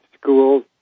school's